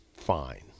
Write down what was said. Fine